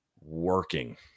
working